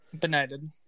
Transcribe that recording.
Benighted